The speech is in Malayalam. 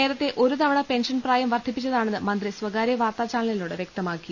നേരത്തെ ഒരു തവണ പെൻഷൻ പ്രായം വർധി പ്പിച്ചതാണെന്ന് മന്ത്രി സ്വകാര്യ വാർത്താ ചാനലിനോട് വൃക്തമാ ക്കി